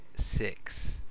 Six